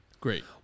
Great